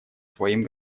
своим